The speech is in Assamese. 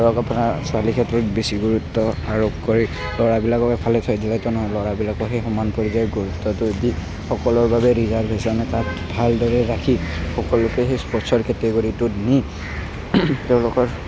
ধৰক আপোনাৰ ছোৱালীৰ ক্ষেত্ৰত বেছি গুৰুত্ব আৰোপ কৰি ল'ৰাবিলাকক এফালে থৈ দিলেটো নহ'ব ল'ৰাবিলাককো সেই সমান পৰ্যায়ৰ গুৰুত্বটো দি সকলোৰে বাবে ৰিজাৰ্ভেশ্বন এটা ভালদৰে ৰাখি সকলোকে সেই স্পৰ্টচৰ কেটেগৰীটোত নি তেওঁলোকৰ